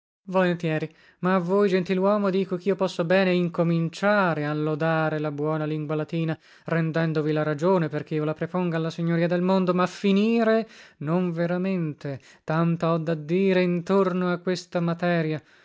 ma a voi gentiluomo dico chio posso bene incominciare a lodare la buona lingua latina rendendovi la ragione perché io la preponga alla signoria del mondo ma finire non veramente tanto ho da dire intorno a questa materia